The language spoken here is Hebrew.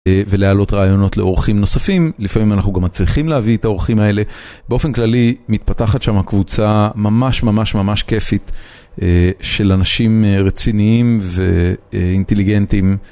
ולהעלות רעיונות לאורחים נוספים, לפעמים אנחנו גם מצליחים להביא את האורחים האלה. באופן כללי מתפתחת שם קבוצה ממש ממש ממש כיפית של אנשים רציניים ואינטליגנטים.